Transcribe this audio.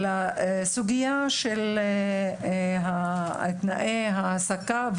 לגבי הסוגיה של תנאי ההעסקה,